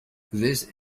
these